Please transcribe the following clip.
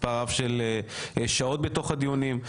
מספר רב של שעות בתוך הדיונים.